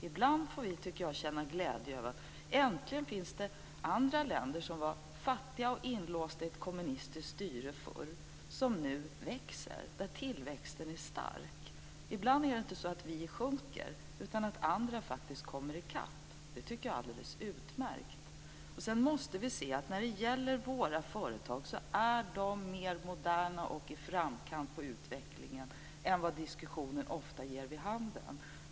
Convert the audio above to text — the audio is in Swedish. Ibland tycker jag att vi får känna glädje över att det äntligen finns andra länder, som var fattiga och inlåsta i ett kommunistiskt styre förr, som nu växer och där tillväxten är stark. Ibland är det inte så att vi sjunker utan att andra faktiskt kommer i kapp. Det tycker jag är alldeles utmärkt. När det gäller våra företag måste vi se att de är mer moderna och i framkant på utvecklingen än vad diskussionen ofta ger vid handen.